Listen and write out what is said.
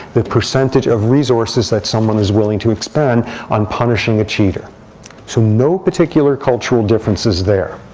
the percentage of resources that someone is willing to expend on punishing a cheater so no particular cultural differences there.